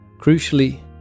Crucially